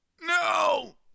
No